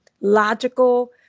logical